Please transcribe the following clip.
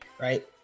right